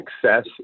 success